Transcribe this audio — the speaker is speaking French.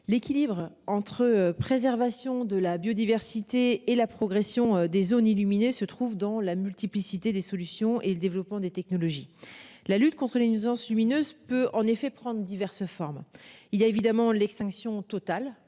l'équilibre entre préservation de la biodiversité et la progression des zones illuminé se trouve dans la multiplicité des solutions et le développement des technologies, la lutte contre les nuisances lumineuses peut en effet prendre diverses formes. Il y a évidemment l'extinction totale